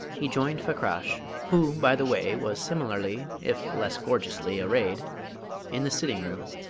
he joined fakrash who, by the way, was similarly, if less gorgeously, arrayed in the sitting-room,